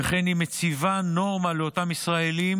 שכן היא מציבה נורמה לאותם ישראלים